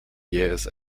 jähes